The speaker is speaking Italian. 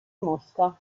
mosca